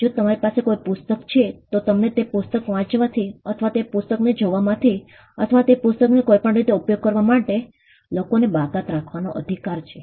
જો તમારી પાસે કોઈ પુસ્તક છે તો તમને તે પુસ્તક વાંચવાથી અથવા તે પુસ્તકને જોવામાંથી અથવા તે પુસ્તકનો કોઈપણ રીતે ઉપયોગ કરવા માટે લોકોને બાકાત રાખવાનો અધિકાર છે